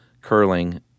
Curling